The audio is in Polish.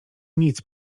nic